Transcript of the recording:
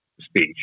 speech